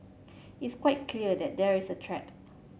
it's quite clear that there is a threat